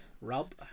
Rob